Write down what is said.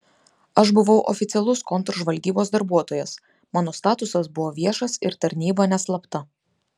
aš buvau oficialus kontržvalgybos darbuotojas mano statusas buvo viešas ir tarnyba neslapta